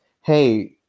hey